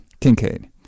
Kincaid